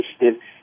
Initiative